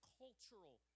cultural